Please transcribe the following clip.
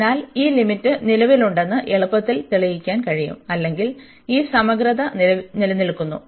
അതിനാൽ ഈ ലിമിറ്റ് നിലവിലുണ്ടെന്ന് എളുപ്പത്തിൽ തെളിയിക്കാൻ കഴിയും അല്ലെങ്കിൽ ഈ സമഗ്രത നിലനിൽക്കുന്നു